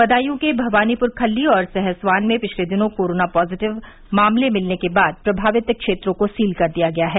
बदायूं के भवानीपुर खल्ली और सहसवान में पिछले दिनों कोरोना पॉजिटिव मामले मिलने के बाद प्रभावित क्षेत्रों को सील कर दिया गया है